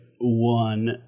one